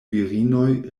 virinoj